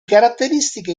caratteristiche